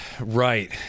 right